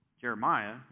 Jeremiah